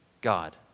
God